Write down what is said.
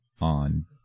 on